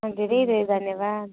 दिदी धेरै धेरै धन्यवाद